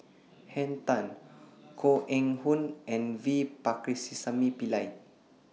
Henn Tan Koh Eng Hoon and V Pakirisamy Pillai